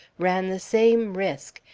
ran the same risk,